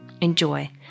Enjoy